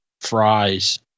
fries